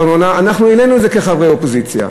אנחנו העלינו את זה כחברי האופוזיציה.